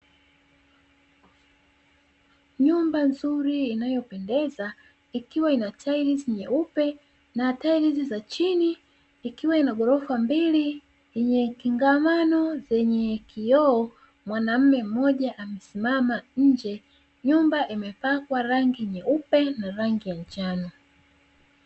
Nyumba nzuri inayopendeza ikiwa ina tailizi nyeupe na tailizi za chini ikiwa ina ghorofa mbili yenye kingamano zenye kioo, mwanaume mmoja amesimama nje, nyumba imepakwa rangi nyeupe na rangi ya njano.